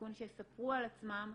בסיכון שיספרו על עצמם.